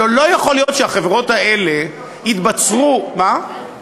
הלוא לא יכול להיות שהחברות האלה יתבצרו, אה,